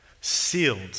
Sealed